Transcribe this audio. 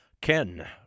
ken